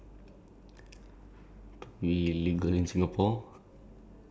yes twenty one cause that's the youngest and